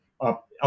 up